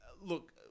look